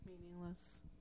meaningless